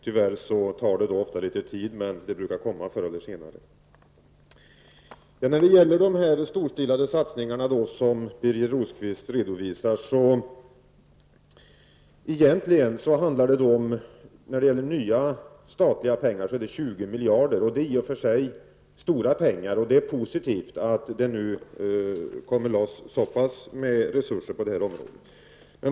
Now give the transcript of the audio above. Tyvärr tar det ofta litet tid, men det brukar ske förr eller senare. De storstilade satsningar som Birger Rosqvist redovisar handlar egentligen, i den mån det är fråga om nya statliga pengar, om 20 miljarder. Det är stora pengar, och det är positivt att det nu kommer loss så pass stora resurser på det här området.